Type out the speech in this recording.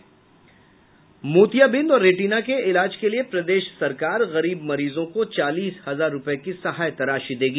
मोतियाबिंद और रेटिना के इलाज के लिये प्रदेश सरकार गरीब मरीजों को चालीस हजार रूपये की सहायता राशि देगी